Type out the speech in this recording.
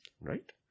right